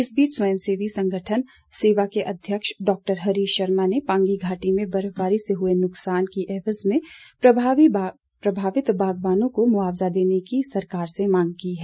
इस बीच स्वयंसेवी संगठन सेवा के अध्यक्ष डॉक्टर हरीश शर्मा ने पांगी घाटी में बर्फबारी से हुए नुकसान की एवज में प्रभावित बागवानों को मुआवजा देने की मांग की है